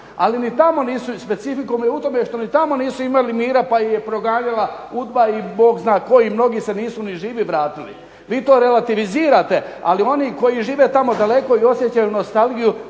Ali ni tamo nisu specifikumi u tome što ni tamo nisu imali mira pa ih je proganjala UDBA i Bog zna tko i mnogi se nisu ni živi vratili. Vi to relativizirate, ali oni koji žive tamo daleko i osjećaju nostalgiju